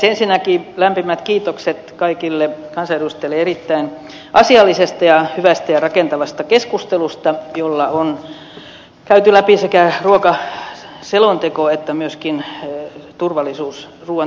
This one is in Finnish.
ensinnäkin lämpimät kiitokset kaikille kansanedustajille erittäin asiallisesta ja hyvästä ja rakentavasta keskustelusta jolla on käyty läpi sekä ruokaselonteko että myöskin ruuan turvallisuusselonteko